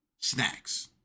snacks